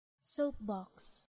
Soapbox